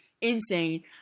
insane